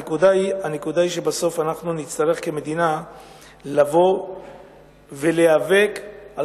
הנקודה היא שבסוף אנחנו נצטרך כמדינה לבוא ולהיאבק על